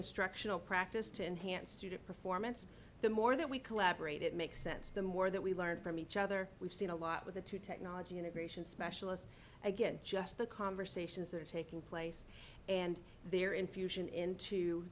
instructional practice to enhance student performance the more that we collaborate it makes sense the more that we learn from each other we've seen a lot with the two technology integration specialists again just the conversations that are taking place and there infusion into